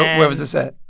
and. where was this at?